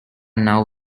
now